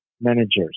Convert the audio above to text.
managers